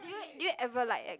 did you did you ever like Ed~